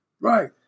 right